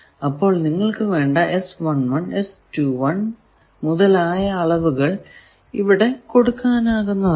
അപ്പോൾ നിങ്ങൾക്കു വേണ്ട മുതലായ അളവുകൾ ഇവിടെ കൊടുക്കാനാകുന്നതാണ്